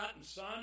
Son